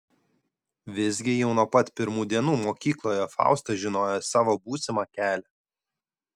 visgi jau nuo pat pirmų dienų mokykloje fausta žinojo savo būsimą kelią